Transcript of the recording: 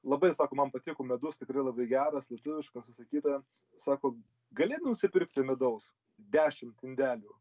labai sako man patiko medus tikrai labai geras lietuviškas visa kita sako gali nusipirkti medaus dešimt indelių